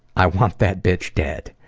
i want that bitch dead.